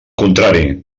contrari